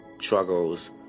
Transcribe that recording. struggles